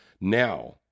Now